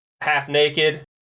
half-naked